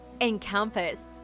encompass